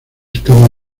estaba